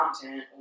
content